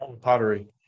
Pottery